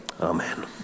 Amen